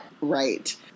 right